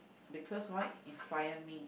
because right inspire me